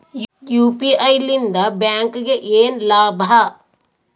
UPI ಲಿಂದ ಬ್ಯಾಂಕ್ಗೆ ಏನ್ ಲಾಭ?